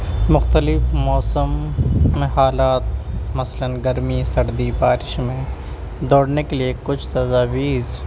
مختلف موسم ميں حالات مثلاً گرمى سردى بارش ميں دوڑنے کے لیے کچھ تجاویز